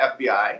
FBI